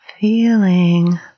feeling